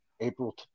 April